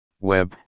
web